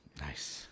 Nice